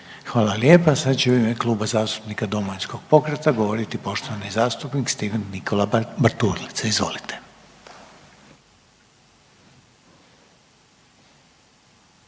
Hvala lijepa. Sad će u ime zastupnika Domovinskog pokreta govoriti poštovani zastupnik Steven Nikola Bartulica. Izvolite.